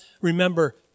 remember